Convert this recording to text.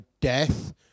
death